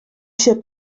się